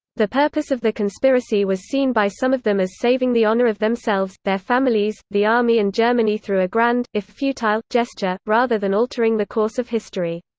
the purpose of the conspiracy was seen by some of them as saving the honour of themselves, their families, the army and germany through a grand, if futile, gesture, rather than altering the course of history.